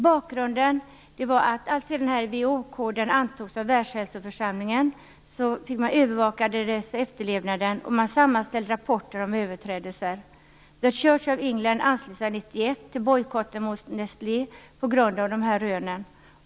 Bakgrunden är att man alltsedan WHO-reglerna har antagits av Världshälsoförsamlingen velat övervaka dessas efterlevnad och därför sammanställt rapporter om överträdelser. The Church of England anslöt sig 1991 till bojkotten mot Nestlé på grund av dessa rön.